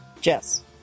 jess